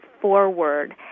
forward